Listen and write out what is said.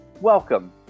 Welcome